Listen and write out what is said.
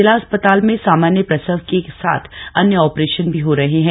जिला अस्पताल में सामान्य प्रसव के साथ अन्य ऑपरेशन भी हो रहे हैं